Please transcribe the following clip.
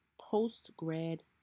post-grad